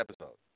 episode